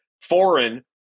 foreign